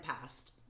past